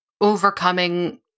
overcoming